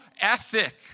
ethic